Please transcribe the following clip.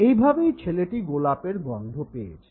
এভাবেই ছেলেটি গোলাপের গন্ধ পেয়েছে